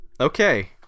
Okay